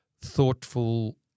thoughtful